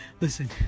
listen